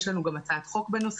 יש לנו גם הצעת חוק בנושא.